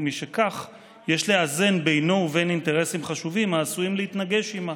ומשכך יש לאזן בינו ובין אינטרסים חשובים העשויים להתנגש עימה